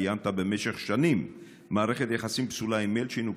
קיימת במשך שנים מערכת יחסים פסולה עם מילצ'ן ופאקר,